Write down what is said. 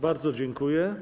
Bardzo dziękuję.